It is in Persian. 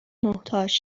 محتاج